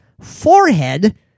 forehead